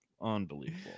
unbelievable